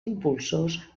impulsors